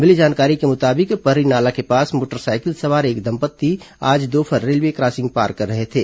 मिली जानकारी के मुताबिक पर्रीनाला के पास मोटरसाइकिल सवार एक दंपत्ति आज दोपहर रेलवे क्रॉसिंग पार कर रहे थे